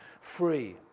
free